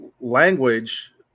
language